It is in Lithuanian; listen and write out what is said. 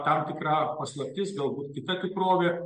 tam tikra paslaptis galbūt kita tikrovė